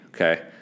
okay